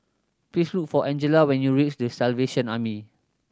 please look for Angella when you reach The Salvation Army